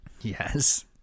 Yes